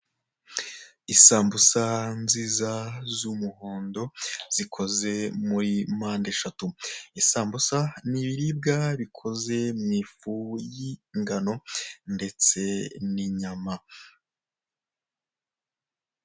Isambusa nziza z'umuhondo, zikoze muri mpande eshatu, isambusa ni ibiribwa bikoze mu ifu y'ingano ndetse n'inyama.